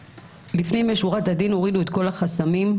לפנים משורת הדין הורידו את כל החסמים,